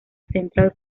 central